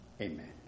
Amen